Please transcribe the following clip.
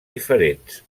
diferents